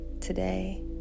today